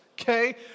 okay